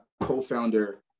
co-founder